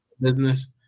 business